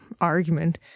argument